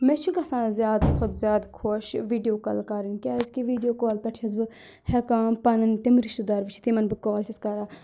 مےٚ چھُ گَژھان زیادٕ کھۄتہٕ زیادٕ خۄش ویٖڈیو کال کَرٕنۍ کیازکہِ ویٖڈیو کال پؠٹھ چھَس بہٕ ہؠکان پَنٕنۍ تِم رِشتہٕ دار وٕچھِتھ یِمَن بہٕ کال چھَس کَران